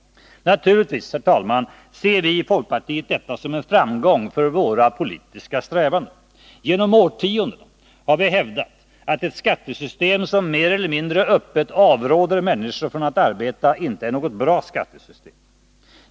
Naturligtvis, herr talman, ser vi i folkpartiet detta som en framgång för våra politiska strävanden. Genom årtionden har vi hävdat att ett skattesystem som mer eller mindre öppet avråder människor från att arbeta inte är något bra skattesystem.